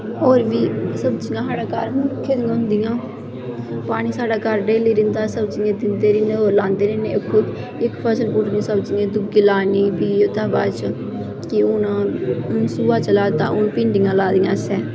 होर बी साढ़ै घर सब्जियां लग्गी दियां होंदियां पानी साढ़ै घर डेल्ली दिंदे सब्जियें गी दिंदे इ'यां इक फसल पुट्टनें सब्जियें दी दुई लानी ओह्दै बाद च ते हून सोहा चला दा ते भिंडियां लादियां इसलै